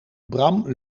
bram